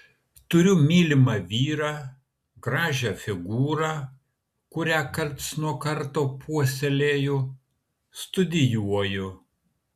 turiu mylimą vyrą gražią figūrą kurią karts nuo karto puoselėju studijuoju